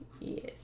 Yes